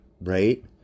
right